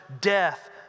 death